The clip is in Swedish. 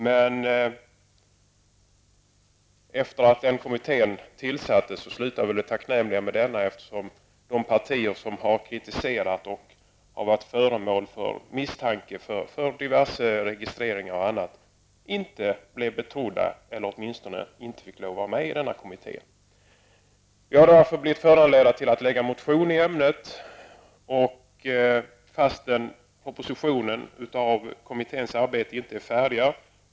Men i och med att den kommittén tillsattes upphörde väl det tacknämliga med denna, eftersom de partier som har kritiserat och varit föremål för misstanke när det gäller diverse registreringar och annat inte blev betrodda, eller åtminstone inte fick vara med i denna kommitté. Vi i miljöpartiet har därför blivit föranlåtna att väcka en motion i ämnet, trots att propositionen med anledning av kommitténs arbete inte är färdig.